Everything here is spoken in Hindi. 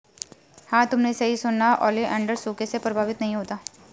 हां तुमने सही सुना, ओलिएंडर सूखे से प्रभावित नहीं होता